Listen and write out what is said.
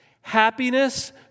Happiness